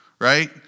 right